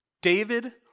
David